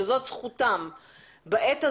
שזאת זכותם בעת הזו,